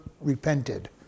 repented